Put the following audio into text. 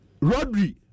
Rodri